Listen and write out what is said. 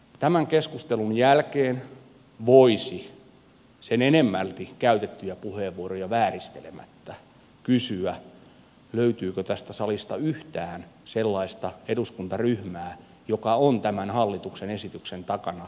tämän keskustelun jälkeen voisi sen enemmälti käytettyjä puheenvuoroja vääristelemättä kysyä löytyykö tästä salista yhtään sellaista eduskuntaryhmää joka on tämän budjettikirjaan sisältyvän hallituksen esityksen takana